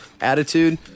attitude